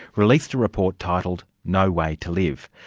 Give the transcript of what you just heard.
released a report titled no way to live.